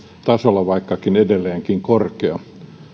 tasolla vaikkakin se oli edelleenkin korkea